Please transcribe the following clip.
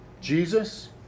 Jesus